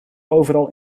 overal